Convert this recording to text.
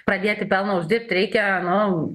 pradėti pelną uždirbt reikia nu